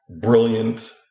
brilliant